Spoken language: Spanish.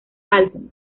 álbum